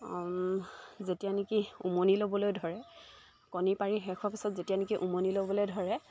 যেতিয়া নেকি উমনি ল'বলৈ ধৰে কণী পাৰি শেষ হোৱাৰ পিছত যেতিয়া নেকি উমনি ল'বলৈ ধৰে